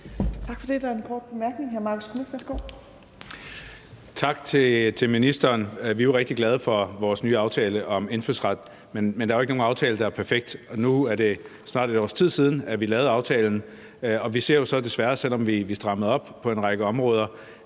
Tak for det. Der er en kort bemærkning. Hr. Marcus Knuth, værsgo. Kl. 15:50 Marcus Knuth (KF): Tak til ministeren. Vi er jo rigtig glade for vores nye aftale om indfødsret, men der er ikke nogen aftale, der er perfekt. Nu er det snart et års tid siden, at vi lavede aftalen, og vi ser jo så desværre, selv om vi strammede op på en række områder,